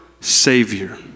savior